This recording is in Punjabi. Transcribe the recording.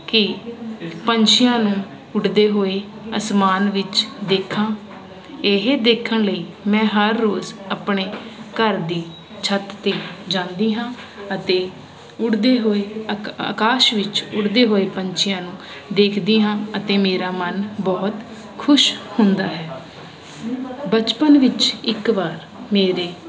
ਕੀ ਪੰਛੀਆਂ ਨੂੰ ਉੱਡਦੇ ਹੋਏ ਅਸਮਾਨ ਵਿੱਚ ਦੇਖਾਂ ਇਹ ਦੇਖਣ ਲਈ ਮੈਂ ਹਰ ਰੋਜ ਆਪਣੇ ਘਰ ਦੀ ਛੱਤ ਤੇ ਜਾਂਦੀ ਹਾਂ ਅਤੇ ਉੱਡਦੇ ਹੋਏ ਅਕ ਅਕਾਸ਼ ਵਿੱਚ ਉੱਡਦੇ ਹੋਏ ਪੰਛੀਆਂ ਨੂੰ ਦੇਖਦੀ ਹਾਂ ਅਤੇ ਮੇਰਾ ਮਨ ਬਹੁਤ ਖੁਸ਼ ਹੁੰਦਾ ਹੈ ਬਚਪਨ ਵਿੱਚ ਇੱਕ ਵਾਰ ਮੇਰੇ